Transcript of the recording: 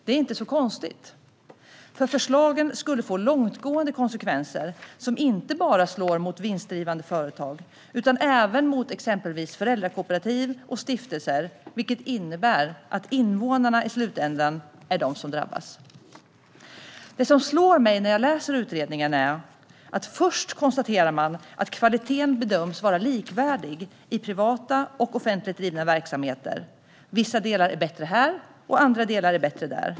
Det är inte så konstigt, för förslagen skulle få långtgående konsekvenser som inte bara slår mot vinstdrivande företag utan även mot exempelvis föräldrakooperativ och stiftelser, vilket innebär att invånarna i slutändan är de som drabbas. Det som slår mig när jag läser utredningen är att man först konstaterar att kvaliteten bedöms vara likvärdig i privata och i offentligt drivna verksamheter. Vissa delar är bättre här, och andra är bättre där.